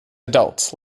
adults